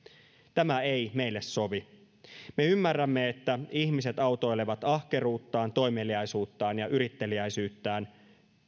tämä ei meille sovi me ymmärrämme että ihmiset autoilevat ahkeruuttaan toimeliaisuuttaan ja yritteliäisyyttään